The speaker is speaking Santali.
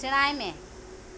ᱥᱮᱬᱟᱭ ᱢᱮ